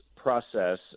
Process